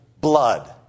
blood